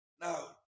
Now